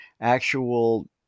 actual